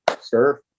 sir